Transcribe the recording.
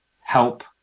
help